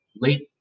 late